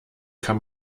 kann